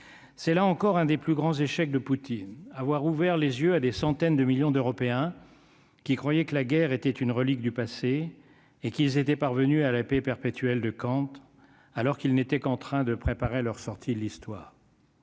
c'est là encore un des plus grands échecs de Poutine, avoir ouvert les yeux à des centaines de millions d'Européens qui croyait que la guerre était une relique du passé et qu'ils étaient parvenus à la paix perpétuelle de compte alors qu'il n'était qu'en train de préparer leur sortie l'histoire,